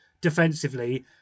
defensively